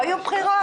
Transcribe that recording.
לא יהיו בחירות?